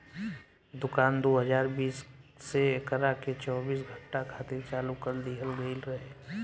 दुकान दू हज़ार बीस से एकरा के चौबीस घंटा खातिर चालू कर दीहल गईल रहे